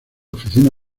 oficina